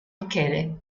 michele